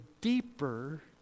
deeper